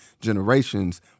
generations